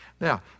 Now